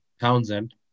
Townsend